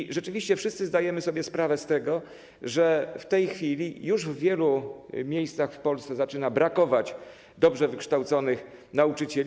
I rzeczywiście wszyscy zdajemy sobie sprawę z tego, że w tej chwili już w wielu miejscach w Polsce zaczyna brakować dobrze wykształconych nauczycieli.